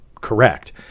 correct